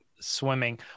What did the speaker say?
swimming